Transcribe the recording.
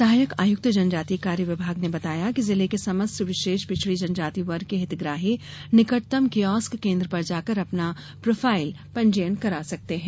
सहायक आयुक्त जनजाति कार्य विभाग ने बताया कि जिले के समस्त विशेष पिछडी जनजाति वर्ग के हितग्राही निकटतम कियोस्क केन्द्र पर जाकर अपना प्रोफाइल पंजीयन करा सकते है